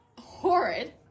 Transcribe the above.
horrid